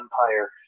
Empire